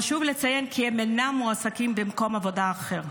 חשוב לציין כי הם אינם מועסקים במקום עבודה אחר.